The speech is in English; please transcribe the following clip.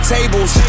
Tables